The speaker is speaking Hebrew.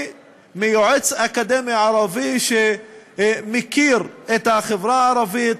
מיועץ אקדמי ערבי שמכיר את החברה הערבית,